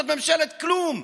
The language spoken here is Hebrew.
זאת ממשלת כלום.